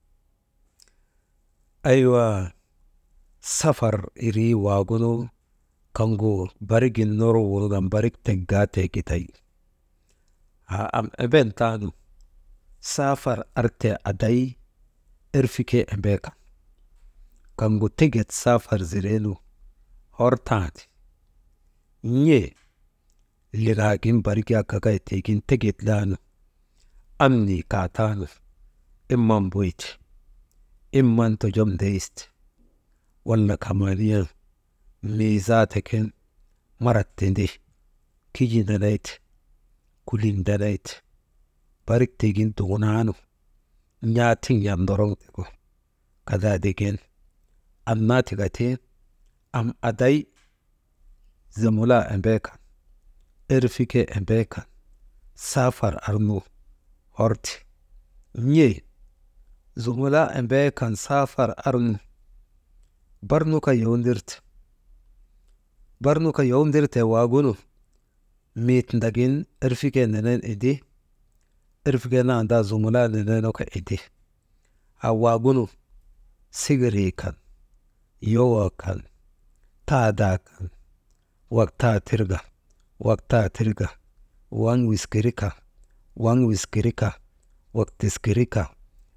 Aawaa safar irii wagunu kaŋgu barik gin ner wurŋan barik tek gaatee giday haa am emben taanu saafar artee aday, erfikee embeekan kaŋgu teket saafar zireenu, hor tandi, n̰ee liŋaagin barik yak gagay tiigin teket laanu, ammnii kaataanu iman mbuyte, iman tojon ndeyiste wala miizaata ke, marat tindi, kijii ndeneyte, kulik ndeneyte, barik tiigin duŋunaanu, n̰aatiŋ n̰at ndoroŋte gu, kadaadik gin annaa tika ti am aday zumula embee kan, erfikee embeekan saafar arnu, hor ti, n̰ee zumulaa embeekan saafar arnu, barnu kaa yowndirte, barnu kaa yow ndirtee waagunu, mii tindagin erfikee nenen indi, erfikee nandaa zumulaa nenen kaa indi, haa waagunu siŋirii, yowoo kan, taadaa kan, wak taa tirka wak, taa tirak, waŋ wiskirika, waŋ wiskirika, wak tiskirika.